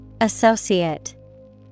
Associate